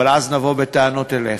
אבל אז נבוא בטענות אליך.